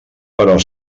però